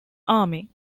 army